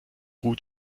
gut